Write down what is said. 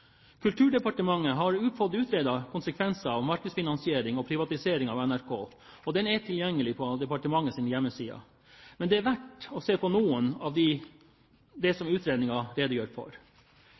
Kulturdepartementet har fått utredet konsekvenser av markedsfinansiering og privatisering av NRK. Utredningen er tilgjengelig på departementets hjemmesider. Det er verdt å se på noe av det som